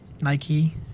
Nike